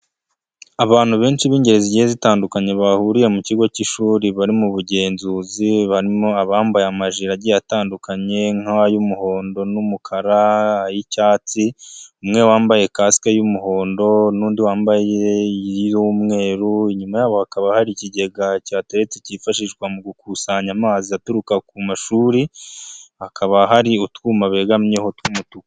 Abantu benshi b'ingeri zigiye zitandukanye bahuriye mu kigo cy'ishuri bari mu bugenzuzi barimo abambaye amajire agiye atandukanye nk'ay'umuhondo n'umukara, ay'icyatsi umwe wambaye kasike y'umuhondo n'undi wambaye iy'umweru, inyuma yabo hakaba hari ikigega cyihateretse cyifashishwa mu gukusanya amazi aturuka ku mashuri, hakaba hari utwuma begamyeho tw'umutuku.